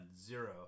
zero